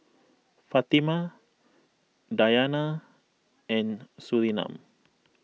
Fatimah Dayana and Surinam